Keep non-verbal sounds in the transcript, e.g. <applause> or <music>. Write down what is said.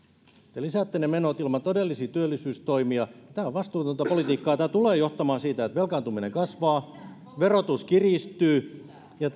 te lisäätte ne menot ilman todellisia työllisyystoimia tämä on vastuutonta politiikkaa ja tämä tulee johtamaan siihen että velkaantuminen kasvaa verotus kiristyy ja <unintelligible>